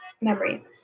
memory